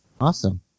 Awesome